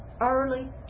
early